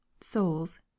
souls